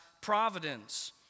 providence